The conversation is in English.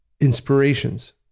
inspirations